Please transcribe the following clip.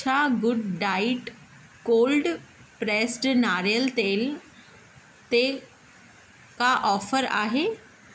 छा good diet cold pressed नारियल तेल ते का ऑफर आहे